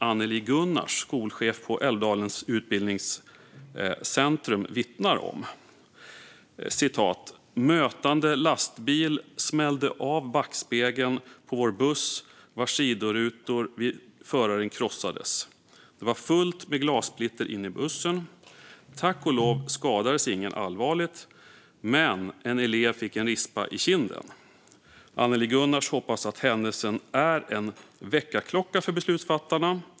Anneli Gunnars, skolchef på Älvdalens utbildningscentrum, berättar i artikeln: "Mötande lastbil smällde av backspegeln på vår buss vars sidorutor vid föraren krossades. Det var fullt med glassplitter inne i bussen. Tack och lov skadades ingen allvarligt men en elev fick en rispa i kinden." Anneli Gunnars hoppas att händelsen är en väckarklocka för beslutsfattarna.